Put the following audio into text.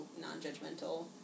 non-judgmental